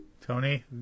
Tony